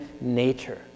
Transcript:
nature